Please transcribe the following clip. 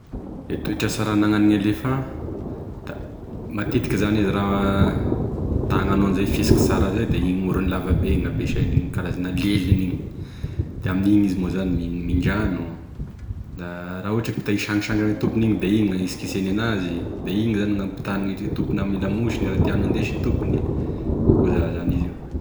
E toetra tsara anagnan'e elefant da matetiky zany izy raha ta hagnano anizay fihesiky sara zay da igny oriny lavabe igny gnampesainy, igny karazana leliny igny, da aminigny izy moa zany mihin-drano, da raha ohatra ka ta hisangisangy ame tompony igny, da igny gnagnitsikitseny enazy da igny gnagnapitiany e tompony raha tiany hindesy i tompony, koa za zany izy io.